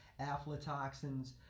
aflatoxins